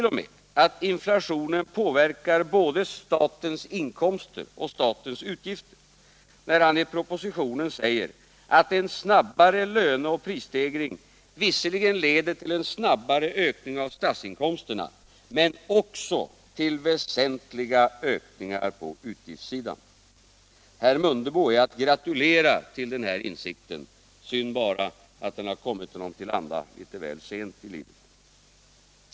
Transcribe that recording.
0. m. att inflationen påverkar både statens inkomster och statens utgifter, när han i propositionen säger att en snabbare löneoch prisstegring visserligen leder till en snabbare ökning av statsinkomsterna men också till väsentliga ökningar på utgiftssidan. Herr Mundebo är att gratulera till denna insikt. Synd bara att den kommit honom till handa litet väl sent i livet.